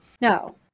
No